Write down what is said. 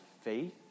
faith